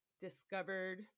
discovered